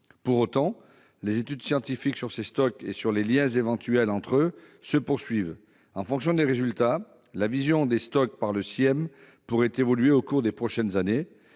Pour autant, les études scientifiques sur ces stocks et sur les liens éventuels entre eux se poursuivent. En fonction des résultats, la vision du CIEM sur les stocks pourrait évoluer au cours des prochaines années.